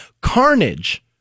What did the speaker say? Carnage